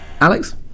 Alex